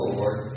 Lord